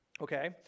okay